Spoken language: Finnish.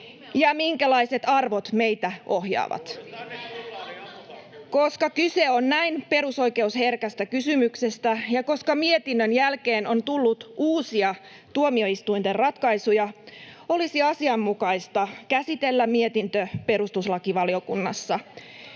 kansalaisten turvallisuudesta!] Koska kyse on näin perusoikeusherkästä kysymyksestä ja koska mietinnön jälkeen on tullut uusia tuomioistuinten ratkaisuja, olisi asianmukaista käsitellä mietintö perustuslakivaliokunnassa.